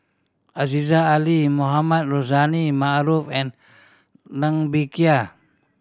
Aziza Ali Mohamed Rozani Maarof and Ng Bee Kia